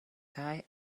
kaj